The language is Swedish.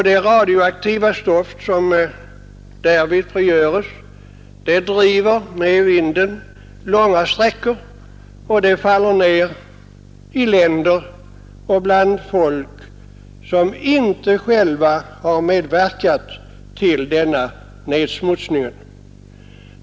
Det radioaktiva stoff som därvid frigörs driver med vinden långa sträckor och faller ner i länder och bland människor som inte själva har medverkat till denna nedsmutsning.